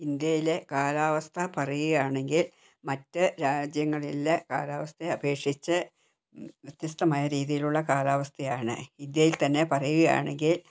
ഇന്ത്യയിലെ കാലാവസ്ഥ പറയുകയാണെങ്കിൽ മറ്റ് രാജ്യങ്ങളിലെ കാലാവസ്ഥയെ അപേക്ഷിച്ച് വ്യത്യസ്തമായ രീതിയിലുള്ള കാലാവസ്ഥയാണ് ഇന്ത്യയിൽത്തന്നെ പറയുകയാണെങ്കിൽ